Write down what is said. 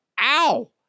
ow